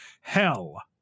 Hell